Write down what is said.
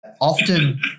often